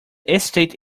estate